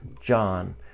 John